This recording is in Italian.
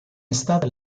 estate